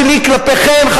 תסכם השרה מירי רגב.